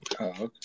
okay